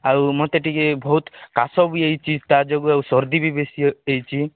ଆଉ ମୋତେ ଟିକେ ବହୁତ କାଶ ବି ହୋଇଛି ତା ଯୋଗୁ ଆଉ ସର୍ଦି ବି ବେଶୀ ହୋଇଛି